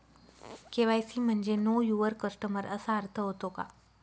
KYC म्हणजे know your customer असा अर्थ होतो का?